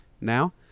Now